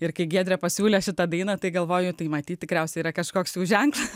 ir kai giedrė pasiūlė šitą dainą tai galvoju tai matyt tikriausiai yra kažkoksjau ženklas